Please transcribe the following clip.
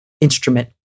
instrument